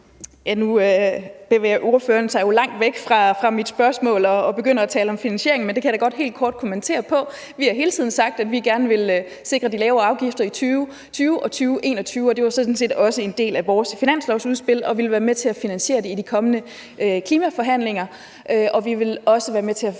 Nu bevæger ordføreren sig jo langt væk fra mit spørgsmål og begynder at tale om finansiering, men det kan jeg da godt helt kort kommentere på. Vi har jo hele tiden sagt, at vi gerne vil sikre de lave afgifter i 2020 og 2021. Og det var sådan set også en del af vores finanslovsudspil at ville være med til at finansiere det i de kommende klimaforhandlinger. Og vi vil også være med til at